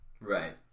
right